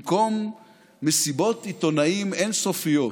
במקום מסיבות עיתונאים אין-סופיות,